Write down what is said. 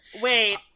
Wait